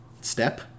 Step